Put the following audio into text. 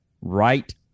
right